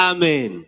Amen